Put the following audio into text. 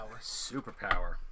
Superpower